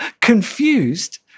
confused